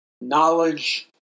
knowledge